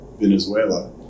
Venezuela